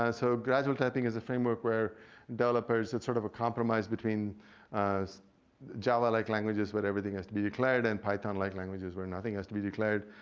ah so gradual typing is a framework where developers that sort of compromise between java like languages where everything has to be declared, and python like languages where nothing has to be declared.